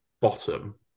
bottom